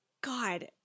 God